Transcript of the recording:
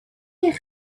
eich